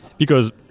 because,